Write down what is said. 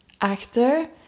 actor